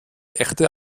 echte